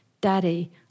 Daddy